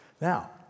Now